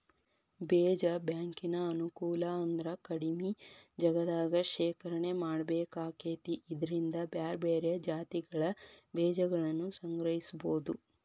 ಬೇಜ ಬ್ಯಾಂಕಿನ ಅನುಕೂಲ ಅಂದ್ರ ಕಡಿಮಿ ಜಗದಾಗ ಶೇಖರಣೆ ಮಾಡ್ಬೇಕಾಕೇತಿ ಇದ್ರಿಂದ ಬ್ಯಾರ್ಬ್ಯಾರೇ ಜಾತಿಗಳ ಬೇಜಗಳನ್ನುಸಂಗ್ರಹಿಸಬೋದು